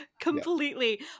completely